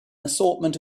assortment